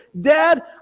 Dad